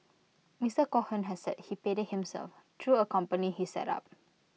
Mister Cohen has said he paid IT himself through A company he set up